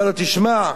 אומר לו, תשמע,